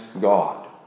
God